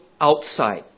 outside